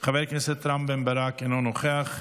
חבר הכנסת רם בן ברק, אינו נוכח,